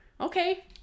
Okay